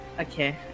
okay